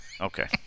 okay